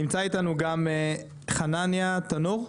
נמצא איתנו גם חנניה טנור.